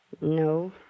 No